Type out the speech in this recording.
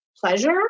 pleasure